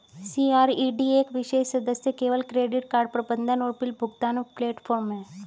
CRED एक विशेष सदस्य केवल क्रेडिट कार्ड प्रबंधन और बिल भुगतान प्लेटफ़ॉर्म है